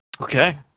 Okay